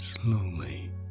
Slowly